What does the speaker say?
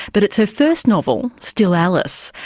but it's her first novel, still alice,